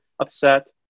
upset